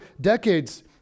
decades